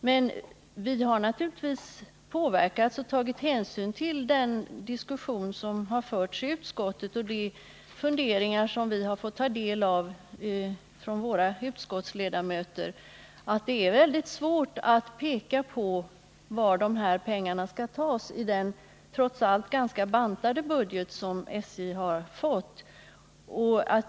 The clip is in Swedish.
Men vi har naturligtvis påverkats av och tagit hänsyn till den diskussion som förts i utskottet liksom av de funderingar som vi har fått ta del av genom våra utskottsledamöter, att det är väldigt svårt att peka på varifrån dessa pengar skall tas i den trots allt ganska bantade budget som SJ fått.